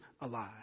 alive